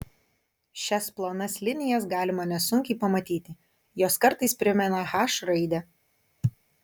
šias plonas linijas galima nesunkiai pamatyti jos kartais primena h raidę